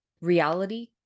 reality